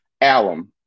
Alum